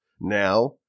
Now